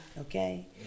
okay